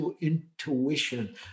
intuition